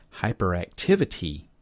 hyperactivity